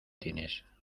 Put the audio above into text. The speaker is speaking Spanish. tienes